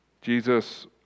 Jesus